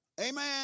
Amen